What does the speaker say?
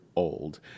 old